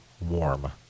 warm